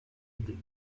idées